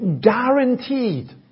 guaranteed